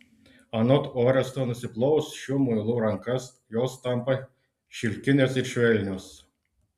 anot oresto nusiplovus šiuo muilu rankas jos tampa šilkinės ir švelnios